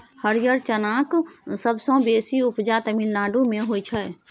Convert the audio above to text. हरियर चनाक सबसँ बेसी उपजा तमिलनाडु मे होइ छै